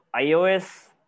iOS